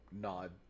nod